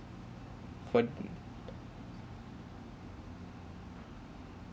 for